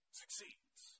succeeds